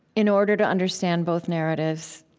in order to understand both narratives.